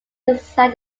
inside